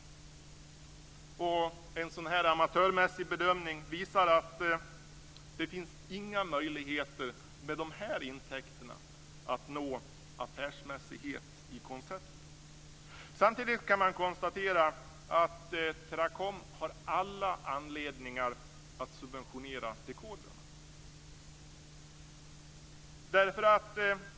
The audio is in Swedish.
En sådan här amatörmässig bedömning visar att det inte finns några möjligheter att med de här intäkterna nå affärsmässighet i konceptet. Samtidigt kan man konstatera att Teracom har all anledning att subventionera dekodrarna.